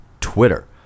twitter